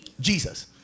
Jesus